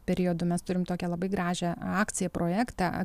periodu mes turim tokią labai gražią akciją projektą